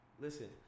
Listen